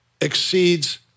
exceeds